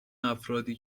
افرادی